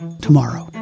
tomorrow